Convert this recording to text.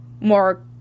more